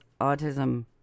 autism